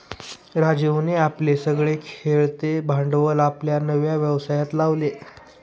राजीवने आपले सगळे खेळते भांडवल आपल्या नव्या व्यवसायात लावले